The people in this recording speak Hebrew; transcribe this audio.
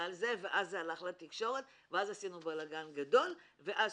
על זה ואז זה הלך לתקשורת ואז עשינו בלגן גדול ואז